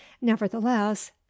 nevertheless